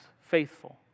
faithful